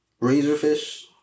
razorfish